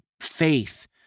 faith